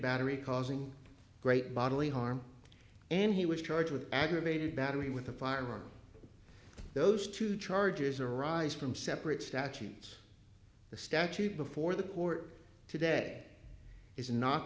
battery causing great bodily harm and he was charged with aggravated battery with a firearm those two charges arise from separate statutes the statute before the court today is not